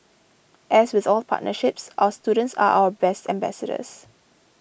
as with all partnerships our students are our best ambassadors